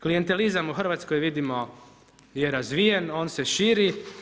Klijentizam u Hrvatskoj, vidimo je razvijen, on se širi.